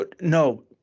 no